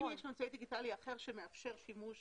ואם יש אמצעי דיגיטלי אחר שמאפשר שימוש